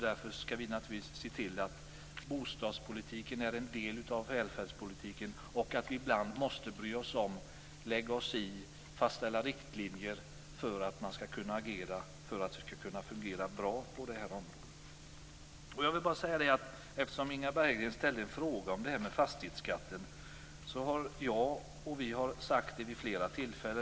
Därför skall vi naturligtvis se till att bostadspolitiken är en del av välfärdspolitiken. Vi måste ibland bry oss om, lägga oss i och fastställa riktlinjer för att man skall kunna agera så att det fungerar bra på det här området. Inga Berggren ställde en fråga om fastighetsskatten.